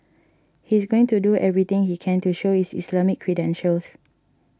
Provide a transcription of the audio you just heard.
he is going to do everything he can to show his Islamic credentials